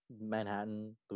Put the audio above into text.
manhattan